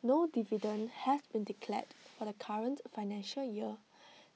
no dividend has been declared for the current financial year